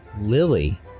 Lily